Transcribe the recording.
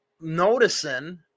noticing